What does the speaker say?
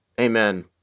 amen